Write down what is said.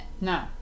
no